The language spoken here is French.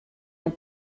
ans